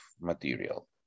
material